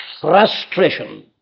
frustration